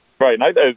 right